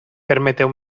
permeteu